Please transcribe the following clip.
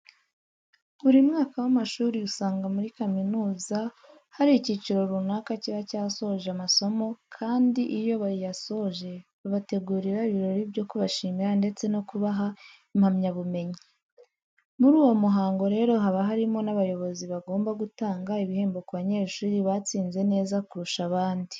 Buri mwaka w'amashuri usanga muri kaminuza hari icyiciro runaka kiba cyasoje masomo kandi iyo bayasoje babategurira ibirori byo kubashimira ndetse no kubaha impamyabumenyi. Muri uwo muhango rero haba harimo n'abayobozi bagomba gutanga ibihembo ku banyeshuri batsinze neza kurusha abandi.